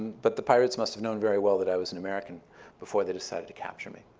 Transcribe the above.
but the pirates must have known very well that i was an american before they decided to capture me.